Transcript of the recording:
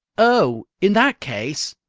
oh, in that case!